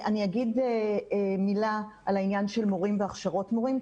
אני אגיד מילה על העניין של מורים והכשרות מורים,